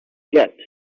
get